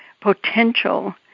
potential